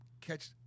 catch